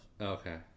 Okay